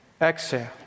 exhale